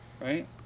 Right